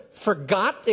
Forgot